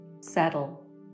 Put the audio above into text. Settle